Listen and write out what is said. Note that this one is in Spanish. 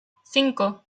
cinco